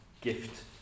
gift